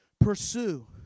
pursue